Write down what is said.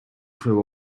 crew